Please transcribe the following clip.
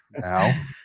now